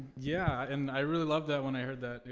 yeah, and i really loved that when i heard that.